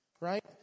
right